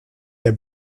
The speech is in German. der